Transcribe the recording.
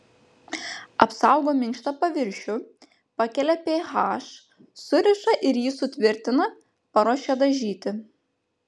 apsaugo minkštą paviršių pakelia ph suriša ir jį sutvirtina paruošia dažyti